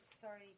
sorry